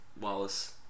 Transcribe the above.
Wallace